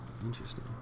Interesting